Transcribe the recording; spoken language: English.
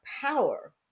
power